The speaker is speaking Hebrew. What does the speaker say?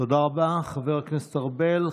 תודה רבה, חבר הכנסת ארבל.